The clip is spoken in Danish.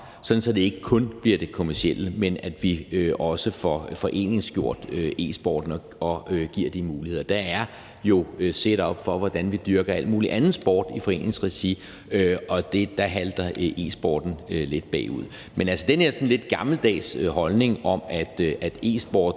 sådan at det ikke kun bliver det kommercielle, men at vi også får foreningsgjort e-sporten og giver de muligheder. Der er jo et setup for, hvordan vi dyrker al mulig andet sport i foreningsregi, og der halter e-sporten lidt bagefter. Men med hensyn til den der sådan lidt gammeldags holdning om, at e-sport